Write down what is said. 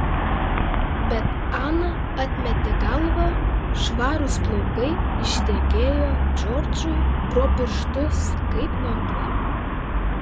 bet ana atmetė galvą švarūs plaukai ištekėjo džordžui pro pirštus kaip vanduo